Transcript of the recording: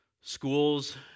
Schools